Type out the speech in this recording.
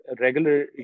regular